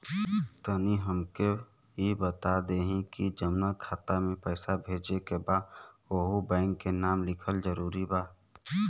तनि हमके ई बता देही की जऊना खाता मे पैसा भेजे के बा ओहुँ बैंक के नाम लिखल जरूरी बा?